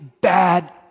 bad